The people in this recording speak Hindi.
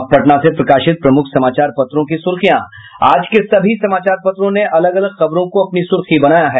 अब पटना से प्रकाशित प्रमुख समाचार पत्रों की सुर्खियां आज के सभी समाचार पत्रों ने अलग अलग खबरों को अपनी सूर्खी बनायी है